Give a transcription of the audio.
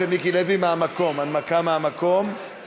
אנחנו עוברים להמשך סדר-היום.